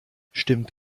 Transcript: stimmt